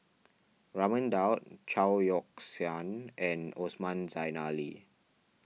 Raman Daud Chao Yoke San and Osman Zailani